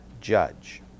judge